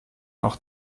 auch